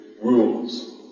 rules